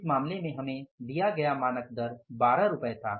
इस मामले में हमें दिया गया मानक दर 12 रुपये था